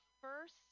first